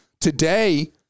Today